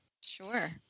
Sure